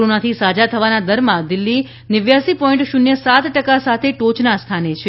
કોરોનાથી સાજા થવાના દરમાં દિલ્હી નેવ્યાંશી પોઈન્ટ શૂન્ય સાત ટકા સાથે ટોયનાં સ્થાને છે